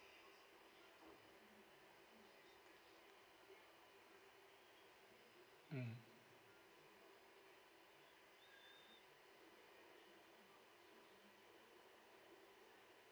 mm